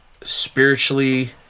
spiritually